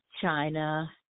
China